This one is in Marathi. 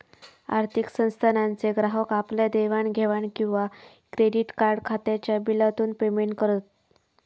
आर्थिक संस्थानांचे ग्राहक आपल्या घेवाण देवाण किंवा क्रेडीट कार्ड खात्याच्या बिलातून पेमेंट करत